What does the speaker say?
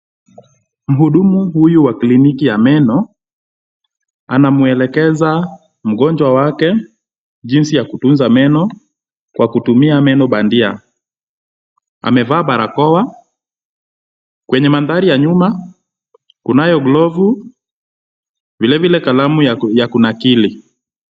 Mhudumu huyu wa kiliniki ya meno anamwelekeza mgonjwa wake jinsi ya kutunza meno kwa kutumia meno bandia, amevaa barakoa, kwenye mandhari ya nyuma kunayo glavu vile vile kalamu ya kunakili.